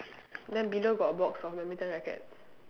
then below got a box of badminton rackets